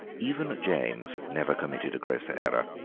even james never committed a grosser error.